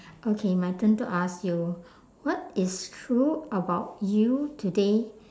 okay my turn to ask you what is true about you today